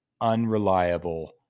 unreliable